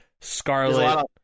Scarlet